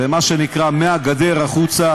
ומה שנקרא מהגדר החוצה,